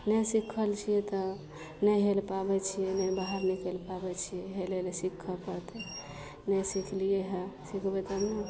नहि सिखल छियै तऽ नहि हेल पाबय छियै ने बाहर निकलि पाबय छियै हेलय लए सीखऽ पड़तय नहि सिखलियै हँ सिखबय तब ने